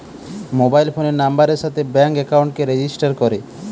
mobile ফোনের নাম্বারের সাথে ব্যাঙ্ক একাউন্টকে রেজিস্টার করে